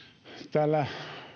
täällä